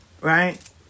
Right